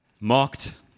mocked